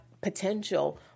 potential